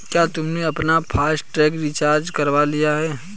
क्या तुमने अपना फास्ट टैग रिचार्ज करवा लिया है?